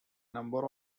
number